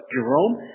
Jerome